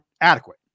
adequate